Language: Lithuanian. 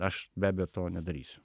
aš be abejo to nedarysiu